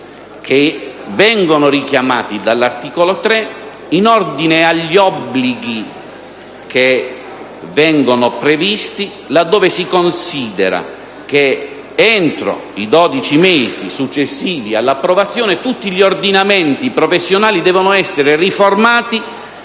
i principi richiamati dall'articolo 3 in ordine agli obblighi previsti, dove si considera che entro i 12 mesi successivi all'approvazione tutti gli ordinamenti professionali devono essere riformati